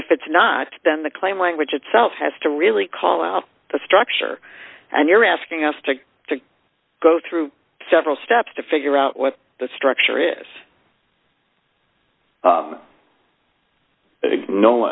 if it's not then the claim language itself has to really call out the structure and you're asking us to go through several steps to figure out what the structure is